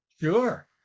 Sure